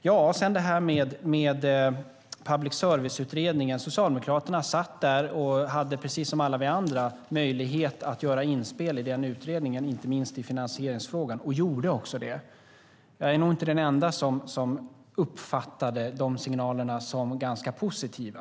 Socialdemokraterna satt med i Public service-utredningen och hade precis som alla vi andra möjlighet att göra inspel i den utredningen, inte minst i finansieringsfrågan, och gjorde också det. Jag är nog inte den enda som uppfattade de signalerna som ganska positiva.